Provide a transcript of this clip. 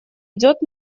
идет